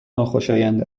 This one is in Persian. ناخوشایند